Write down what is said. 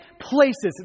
places